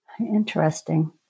Interesting